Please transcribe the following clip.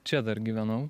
čia dar gyvenau